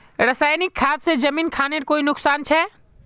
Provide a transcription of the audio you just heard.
रासायनिक खाद से जमीन खानेर कोई नुकसान छे?